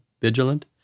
vigilant